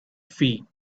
feet